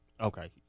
Okay